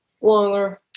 longer